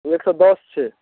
एक सओ दस छै